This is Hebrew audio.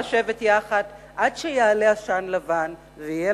צריכים לשבת יחד עד שיעלה עשן לבן ויהיה